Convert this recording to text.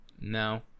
No